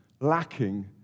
lacking